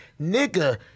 nigga